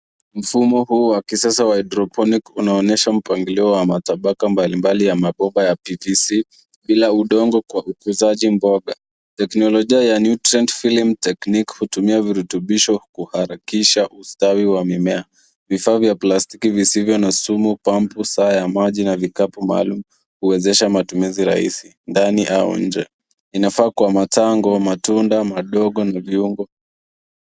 Mfumo huu wa kisasa wa hydroponic unaonyesha mpangilio matabaka mbalimbali ya mabomba ya PVC bila udongo kwa ukuzaji mboga. Teknolojia ya nutrients filling technique hutumia virutubisho kuharakisha ustawi wa mimea. Vifaa vya plastiki visivyo na simu, pampu, saa ya maji na vikapu maalum huwezesha matumizi rahisi ndani au nje. Inafaa kwa matango, matunda madogo na viungo...